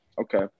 Okay